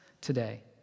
today